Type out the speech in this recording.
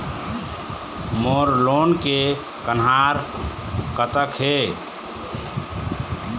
मोर loan के कन्हार कतक हे?